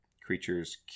creatures